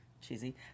Cheesy